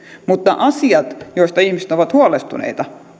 mutta eduskunnan on tietenkin käsiteltävä asioita joista ihmiset ovat huolestuneita